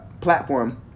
platform